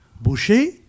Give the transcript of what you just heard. Boucher